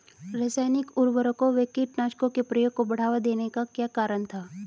रासायनिक उर्वरकों व कीटनाशकों के प्रयोग को बढ़ावा देने का क्या कारण था?